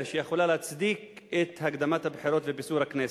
שיכולה להצדיק את הקדמת הבחירות ופיזור הכנסת.